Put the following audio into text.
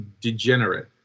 degenerate